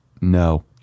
No